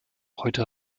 heute